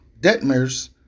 Detmer's